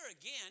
again